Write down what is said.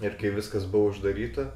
ir kai viskas buvo uždaryta